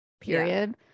period